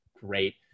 great